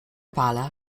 pala